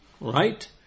Right